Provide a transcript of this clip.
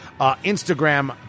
Instagram